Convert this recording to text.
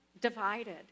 divided